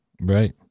Right